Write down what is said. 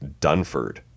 Dunford